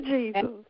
Jesus